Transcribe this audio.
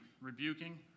rebuking